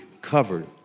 covered